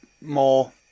more